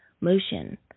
motion